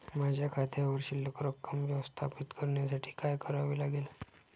माझ्या खात्यावर शिल्लक रक्कम व्यवस्थापित करण्यासाठी काय करावे लागेल?